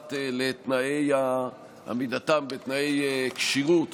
שנוגעת לעמידתם בתנאי כשירות